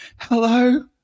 hello